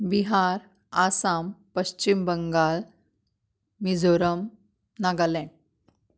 Bihar Assam Paschim Bangal Mizoram Nagaland